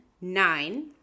nine